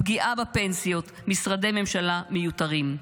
פגיעה בפנסיות, משרדי ממשלה מיותרים.